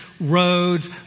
roads